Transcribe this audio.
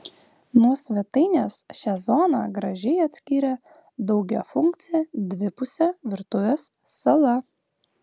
nuo svetainės šią zoną gražiai atskyrė daugiafunkcė dvipusė virtuvės sala